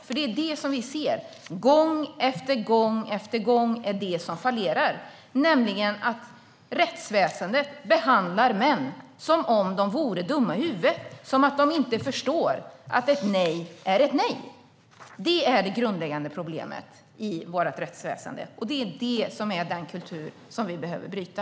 Det är nämligen det som vi ser fallera gång efter gång: Rättsväsendet behandlar män som om de vore dumma i huvudet, som om de inte förstår att ett nej är ett nej. Det är det grundläggande problemet i vårt rättsväsen, och det är denna kultur som vi behöver bryta.